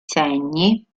segni